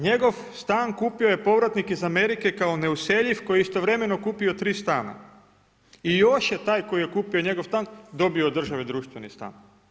Njegov stan kupio je povratnik iz Amerike kao neuseljiv koji je istovremeno kupio tri stana i još je taj koji je otkupio njegov stan dobio od države društveni stan.